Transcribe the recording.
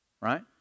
Right